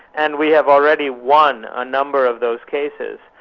and we have already won a number of those cases.